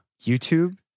YouTube